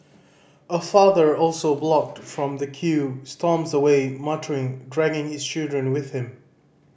a father also blocked from the queue storms away muttering dragging his children with him